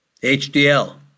HDL